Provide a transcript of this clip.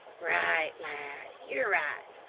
right, lad, yer right.